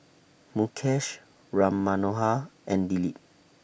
Mukesh Ram Manohar and Dilip